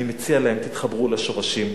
אני מציע להם, תתחברו לשורשים.